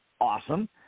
awesome